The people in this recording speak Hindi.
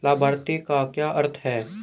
लाभार्थी का क्या अर्थ है?